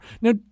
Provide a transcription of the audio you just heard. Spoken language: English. Now